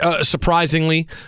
surprisingly